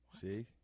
See